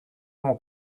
mon